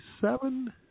seven